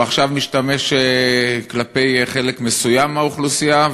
עכשיו הוא משתמש כלפי חלק מסוים באוכלוסייה,